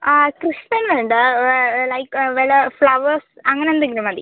ആ കൃഷ്ണൻ വേണ്ടാ ലൈക് വല്ല ഫ്ലവേർസ് അങ്ങനെന്തെങ്കിലും മതി